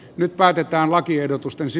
nyt päätetään lakiehdotustensi